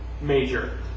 major